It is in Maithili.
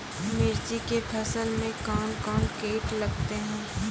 मिर्ची के फसल मे कौन कौन कीट लगते हैं?